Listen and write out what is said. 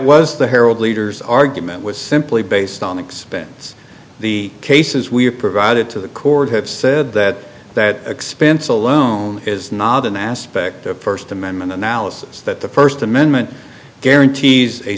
was the herald leader's argument was simply based on expense the cases we have provided to the court have said that that expense alone is not an aspect of first amendment analysis that the first amendment guarantees a